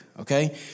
Okay